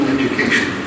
education